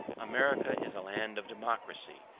america is a land of democracy,